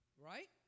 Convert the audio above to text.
Right